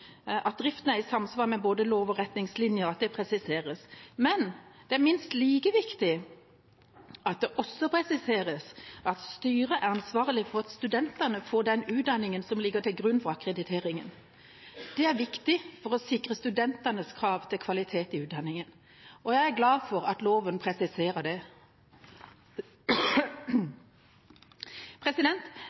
er i samsvar med både lov og retningslinjer. Men det er minst like viktig at det også presiseres at styret er ansvarlig for at studentene får den utdanningen som ligger til grunn for akkrediteringen. Det er viktig for å sikre studentenes krav til kvalitet i utdanningen. Jeg er glad for at loven presiserer det.